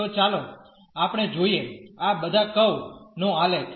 તો ચાલો આપણે જોઈએ આ બધા કર્વ નો આલેખ